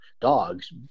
dogs